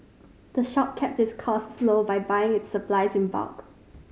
the shop kept its costs low by buying its supplies in bulk